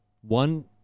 one